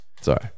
sorry